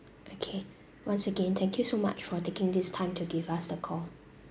okay once again thank you so much for taking this time to give us the call